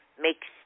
makes